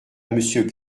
monsieur